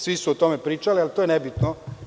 Svi su o tome pričali, ali to je nebitno.